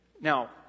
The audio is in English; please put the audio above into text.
Now